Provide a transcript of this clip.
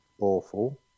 awful